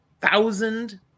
thousand